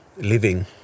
living